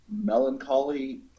melancholy